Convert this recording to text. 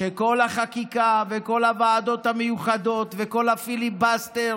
שכל החקיקה וכל הוועדות המיוחדות וכל הפיליבסטרים